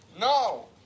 No